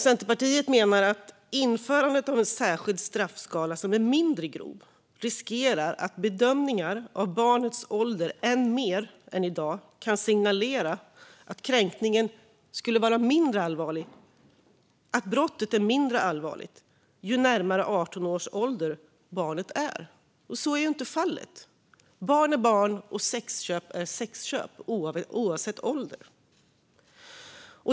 Centerpartiet menar att införandet av en särskild straffskala för mindre grova brott riskerar att leda till att bedömningar av barnets ålder än mer än i dag kan signalera att kränkningen skulle vara mindre allvarlig och brottet mindre allvarligt ju närmare 18 års ålder barnet är. Så är inte fallet. Barn är barn och sexköp är sexköp, oavsett ålder.